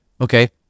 Okay